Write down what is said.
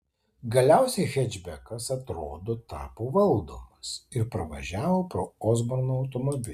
galiausiai hečbekas atrodo tapo valdomas ir pravažiavo pro osborno automobilį